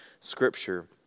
Scripture